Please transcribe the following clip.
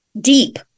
deep